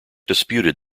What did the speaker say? disputed